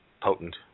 potent